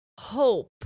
hope